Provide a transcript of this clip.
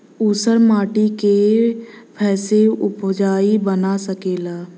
ऊसर माटी के फैसे उपजाऊ बना सकेला जा?